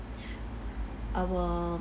our